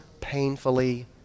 painfully